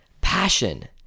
passion